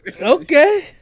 Okay